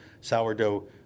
sourdough